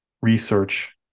research